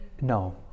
No